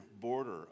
border